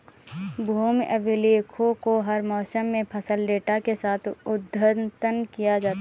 भूमि अभिलेखों को हर मौसम में फसल डेटा के साथ अद्यतन किया जाता है